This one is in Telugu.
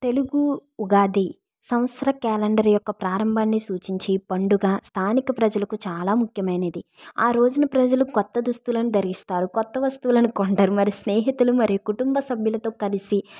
తెలుగు ఉగాది సంవత్సర క్యాలెండర్ యొక్క ప్రారంభాన్ని సూచించి పండుగ స్థానిక ప్రజలకు చాలా ముఖ్యమైనది ఆ రోజున ప్రజలు కొత్త దుస్తులను ధరిస్తారు కొత్త వస్తువులను కొంటారు మరి స్నేహితులు మరియు కుటుంబ సభ్యులతో కలిసి